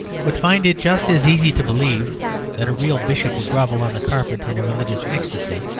would find it just as easy to believe that a real bishop would grovel on the carpet in a religious ecstasy,